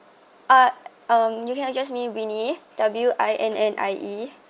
uh um you can adress me me winnie W I N N I E